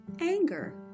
anger